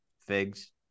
figs